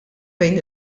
bejn